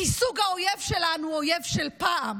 כי סוג האויב שלנו הוא אויב של פעם.